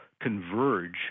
converge